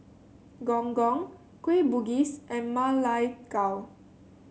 Gong Gong Kueh Bugis and Ma Lai Gao